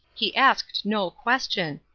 he asked no question.